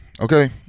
Okay